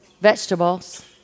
vegetables